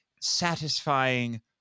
satisfying